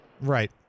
Right